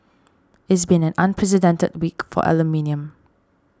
it's been an unprecedented week for aluminium